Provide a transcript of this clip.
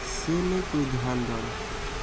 से नहि कोइ ध्यान दऽ रहल छै